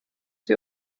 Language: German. sie